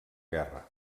guerra